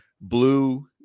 blue